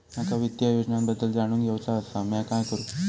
माका वित्तीय योजनांबद्दल जाणून घेवचा आसा, म्या काय करू?